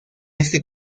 este